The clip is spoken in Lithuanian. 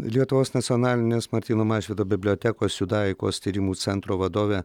lietuvos nacionalinės martyno mažvydo bibliotekos judaikos tyrimų centro vadovė